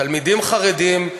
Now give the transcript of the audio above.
תלמידים חרדים,